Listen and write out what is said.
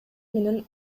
менен